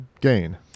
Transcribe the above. gain